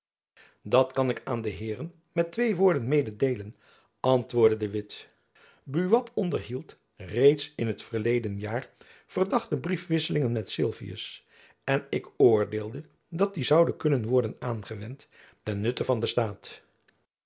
dat kan ik aan de heeren met twee woorden meêdeelen antwoordde de witt buat onderhield reeds in het verleden jaar verdachte briefwisseling met sylvius en ik oordeelde dat die zoude kunnen worden aangewend ten nutte van den staat